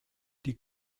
die